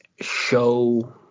show